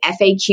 FAQ